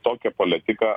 tokią poletiką